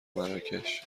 مراکش